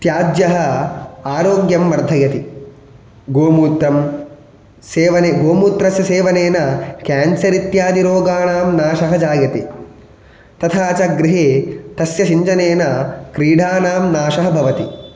त्याज्यः आरोग्यं वर्धयति गोमूत्रं सेवने गोमूत्रस्य सेवनेन क्यान्सर् इत्यादि रोगाणां नाशः जायते तथा च गृहे तस्य सिञ्चनेन कीटानां नाशः भवति